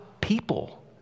people